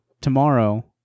tomorrow